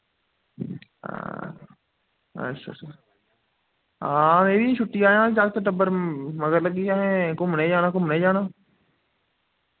हां अच्छा अच्छ हां मै बी छुट्टी आया जाकत टब्बर मगर लग्गी गेआ असें घूमने जाना घूमने जाना